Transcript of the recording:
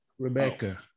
Rebecca